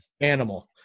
Animal